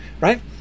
right